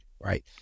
right